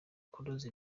kunoza